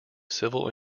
civil